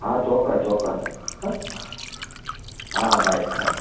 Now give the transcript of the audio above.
હા ચોક્કસ ચોક્કસ હા હા હા બાય હા